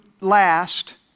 last